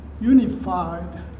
unified